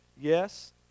Yes